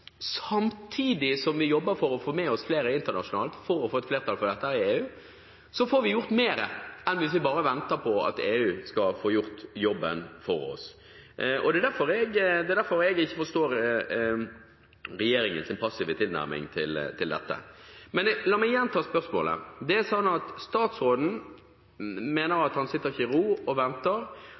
samtidig som vi jobber for å få med oss flere internasjonalt for å få et flertall for dette i EU, får vi gjort mer enn hvis vi bare venter på at EU skal få gjort jobben for oss. Det er derfor jeg ikke forstår regjeringens passive tilnærming til dette. Men la meg gjenta spørsmålet. Statsråden mener at han ikke sitter i ro og venter